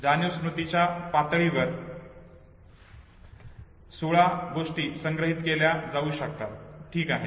जाणीव स्मृतीच्या पातळीवर 16 गोष्टी संग्रहित केल्या जाऊ शकतात ठीक आहे